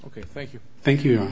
ok thank you thank you